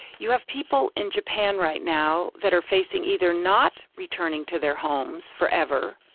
you have people in japan right now that are facing either not returning to their homes forever,